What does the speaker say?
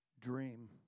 dream